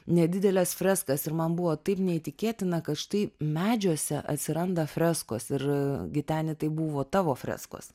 nedideles freskas ir man buvo taip neįtikėtina kad štai medžiuose atsiranda freskos ir giteni tai buvo tavo freskos